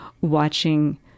watching